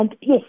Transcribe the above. yes